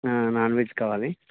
non veg కావాలి